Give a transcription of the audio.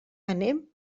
anem